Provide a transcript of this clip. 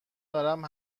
دارم